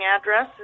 address